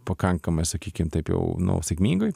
pakankamai sakykim taip jau nu sėkmingai